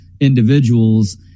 individuals